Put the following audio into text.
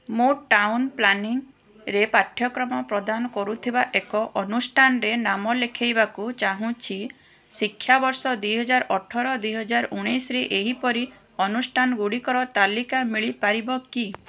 ମୁଁ ଟାଉନ୍ ପ୍ଲାନିଂରେ ପାଠ୍ୟକ୍ରମ ପ୍ରଦାନ କରୁଥିବା ଏକ ଅନୁଷ୍ଠାନରେ ନାମ ଲେଖାଇବାକୁ ଚାହୁଁଛି ଶିକ୍ଷାବର୍ଷ ଦୁଇ ହଜାର ଅଠର ଦୁଇ ହଜାରେ ଉଣେଇଶିରେ ଏହିପରି ଅନୁଷ୍ଠାନଗୁଡ଼ିକର ତାଲିକା ମିଳିପାରିବ କି